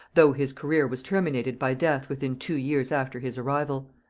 though his career was terminated by death within two years after his arrival.